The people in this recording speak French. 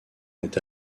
est